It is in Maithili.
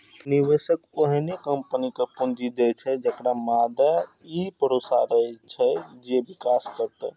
निवेशक ओहने कंपनी कें पूंजी दै छै, जेकरा मादे ई भरोसा रहै छै जे विकास करतै